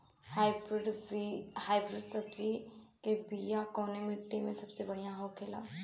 Hybrid सब्जी के बिया कवने मिट्टी में सबसे बढ़ियां होखे ला?